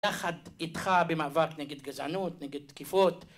יחד איתך במאבק נגד גזענות, נגד תקיפות